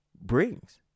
brings